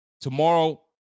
Tomorrow